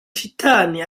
shitani